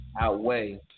outweigh